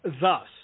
thus